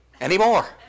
anymore